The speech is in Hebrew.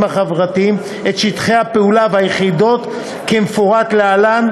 החברתיים את שטחי הפעולה והיחידות כמפורט להלן,